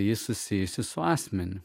ji susijusi su asmeniu